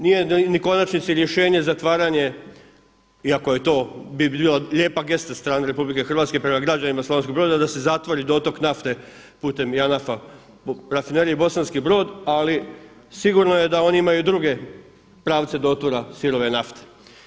Nije u konačnici rješenje zatvaranje, iako bi to bila lijepa gesta sa strane RH prema građanima Slavonskog Broda da se zatvori dotok nafte putem JANAF-a u Rafineriji Bosanski Brod, ali sigurno je da oni imaju druge pravce dotura sirove nafte.